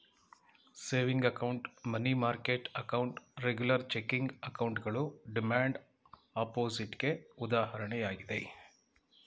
saving account, money market account, regular checking ಅಕೌಂಟ್ಗಳು demand deposit ಗೆ ಉದಾಹರಣೆಯಾಗಿದೆ